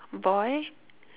boy